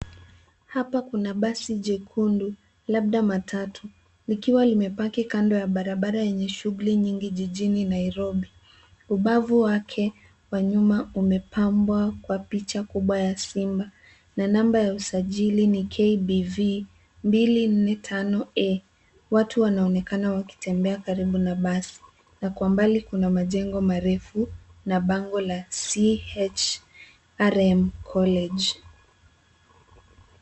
Hapa kuna basi jekundu labda matatu likiwa limepaki kando ya barabara yenye shughuli nyingi jijini Nairobi. Ubavu wake wanyuma umepambwa kwa picha kubwa ya simba. Na namba ya usajili ni KBV 245A. Watu wanaonekana wakitembea karibu na basi. Na kwa mbali kuna majengo maarufu na bango la CHRM College.